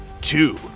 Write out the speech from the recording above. two